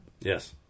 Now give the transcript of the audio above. yes